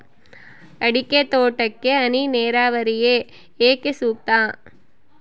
ಅಡಿಕೆ ತೋಟಕ್ಕೆ ಹನಿ ನೇರಾವರಿಯೇ ಏಕೆ ಸೂಕ್ತ?